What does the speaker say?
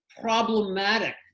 problematic